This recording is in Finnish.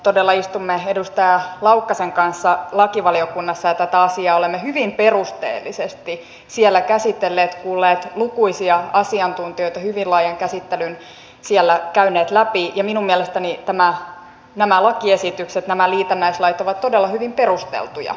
todella istumme edustaja laukkasen kanssa lakivaliokunnassa ja tätä asiaa olemme hyvin perusteellisesti siellä käsitelleet kuulleet lukuisia asiantuntijoita hyvin laajan käsittelyn käyneet siellä läpi ja minun mielestäni nämä lakiesitykset nämä liitännäislait ovat todella hyvin perusteltuja